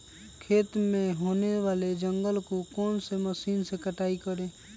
खेत में होने वाले जंगल को कौन से मशीन से कटाई करें?